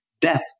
death